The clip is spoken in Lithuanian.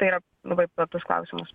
tai yra labai platus klausimas